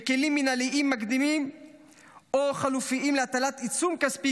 וכלים מינהליים מקדימים או חלופיים להטלת עיצום כספי,